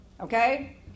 okay